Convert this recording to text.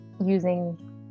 using